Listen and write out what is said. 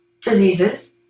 diseases